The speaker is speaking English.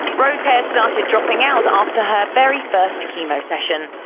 rowe's hair started dropping out after her very first chemo session.